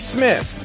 Smith